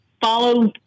follow